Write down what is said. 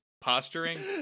posturing